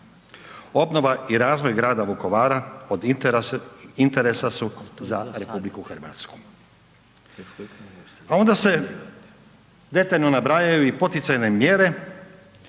Obnova i razvoj grada Vukovara od interesa su za RH. A onda se detaljno nabrajaju i poticajne mjere